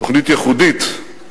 תוכנית ייחודית,